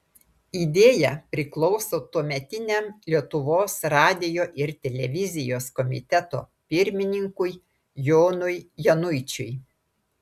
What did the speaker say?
idėja priklauso tuometiniam lietuvos radijo ir televizijos komiteto pirmininkui jonui januičiui